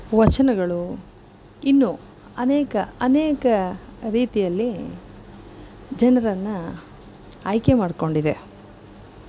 ವಚನಗಳು ಇನ್ನು ಅನೇಕ ಅನೇಕ ರೀತಿಯಲ್ಲಿ ಜನರನ್ನು ಆಯ್ಕೆ ಮಾಡಿಕೊಂಡಿದೆ